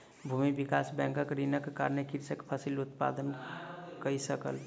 भूमि विकास बैंकक ऋणक कारणेँ कृषक फसिल उत्पादन कय सकल